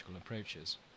approaches